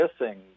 missing